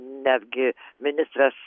netgi ministras